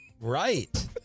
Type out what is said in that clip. right